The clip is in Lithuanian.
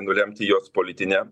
nulemti jos politinę